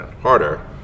harder